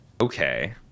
Okay